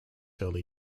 early